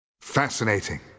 Fascinating